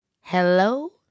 Hello